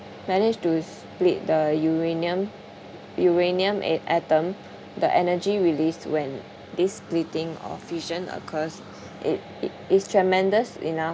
managed to split the uranium uranium at~ atom the energy released when these splitting or fusion occurs it it is tremendous enough